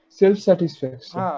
self-satisfaction